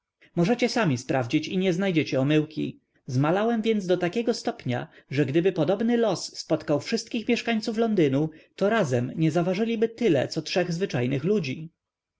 możecie sami sprawdzić i nie znajdziecie omyłki zmalałem więc do takiego stopnia że gdyby podobny los spotkał wszystkich mieszkańców londynu to razem nie zaważyliby tyle co trzech zwyczajnych ludzi